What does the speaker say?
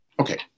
Okay